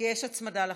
כי יש הצמדה לחוק.